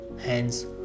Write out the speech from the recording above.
Hence